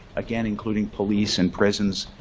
again, including police and prisons,